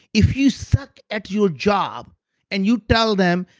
if you suck at your job and you tell them,